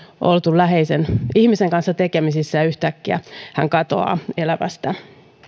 oltu läheisen ihmisen kanssa tekemisissä ja yhtäkkiä hän katoaa elämästä